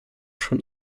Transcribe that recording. schon